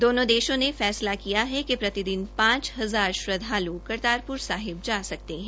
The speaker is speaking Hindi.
दोनों देशों ने फैसला किया है कि प्रतिदिन पांच हजार श्रद्वालु करतारपुर साहिब जा सकते है